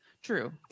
True